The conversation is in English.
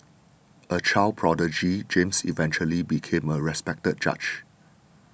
a child prodigy James eventually became a respected judge